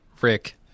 Rick